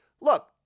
Look